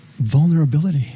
vulnerability